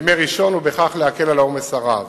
בימי ראשון, ובכך להקל על העומס הרב.